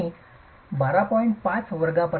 आणि जेथे वर्ग 12